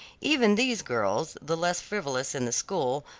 even these girls, the less frivolous in the school,